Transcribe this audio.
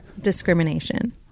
Discrimination